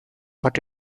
but